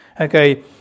Okay